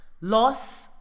Loss